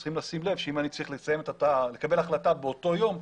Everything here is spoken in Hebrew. צריך לשים לב שאם אני צריך לקבל החלטה באותו יום,